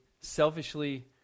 selfishly